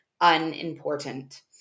unimportant